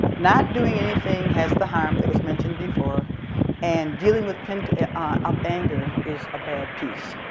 not doing anything has the harm that was mentioned before and dealing with pent ah up anger is a bad piece.